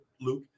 Luke